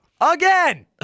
again